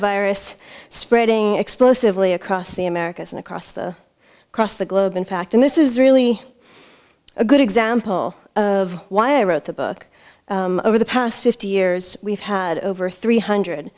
virus spreading explosively across the americas and across the cross the globe in fact and this is really a good example of why i wrote the book over the past fifty years we've had over three hundred